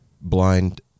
blind